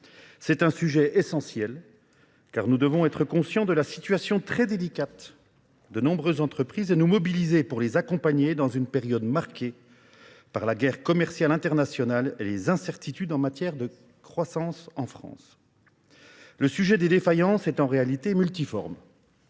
C'est un sujet essentiel car nous devons être conscients de la situation très délicate de nombreuses entreprises et nous mobiliser pour les accompagner dans une période marquée par la guerre commerciale internationale et les incertitudes en matière de croissance en France. Le sujet des défaillances est en réalité multiforme.